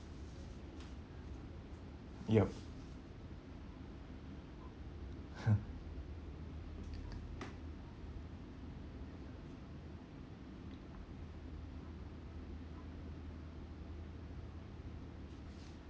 yup